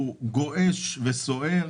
הוא גועש וסוער.